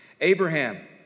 Abraham